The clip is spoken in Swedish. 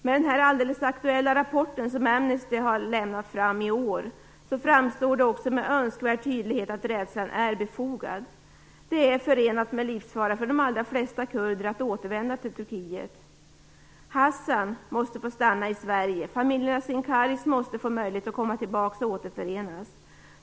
I den alldeles aktuella rapport som Amnesty har lämnat i år framstår det också med all önskvärd tydlighet att rädslan är befogad. Det är förenat med livsfara för de allra flesta kurder att återvända till Turkiet. Hasan måste få stanna i Sverige. Familjerna Sincari måste få möjlighet att komma tillbaka och återförenas.